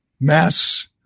mass